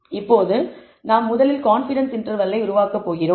இப்போது நாம் முதலில் கான்ஃபிடன்ஸ் இன்டர்வல்லை உருவாக்க போகிறோம்